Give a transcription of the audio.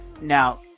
Now